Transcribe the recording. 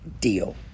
deal